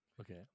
okay